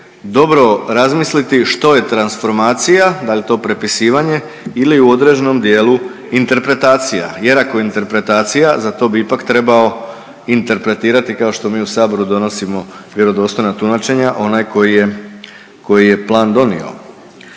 dobro razmisliti što je transformacija, da li je to prepisivanje ili u određenom dijelu interpretacija jer ako je interpretacija, za to bi ipak trebao interpretirati, kao što mi u Saboru donosimo vjerodostojna tumačenja, onaj koji je, koji plan donio.